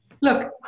Look